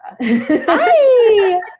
Hi